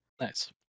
Nice